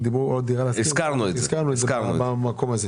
בגלל שהם חפרו והיו שם בעיות של עתיקות.